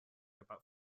about